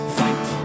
fight